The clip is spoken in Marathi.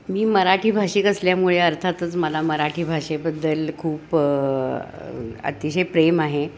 मी मराठी भाषिक असल्यामुळे अर्थातच मला मराठी भाषेबद्दल खूप अतिशय प्रेम आहे